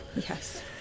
Yes